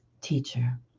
teacher